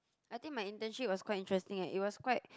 I think my internship was quite interesting eh it was quite